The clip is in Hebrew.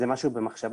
שוב, זה בחשיבה,